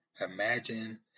Imagine